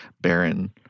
barren